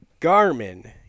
Garmin